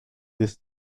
this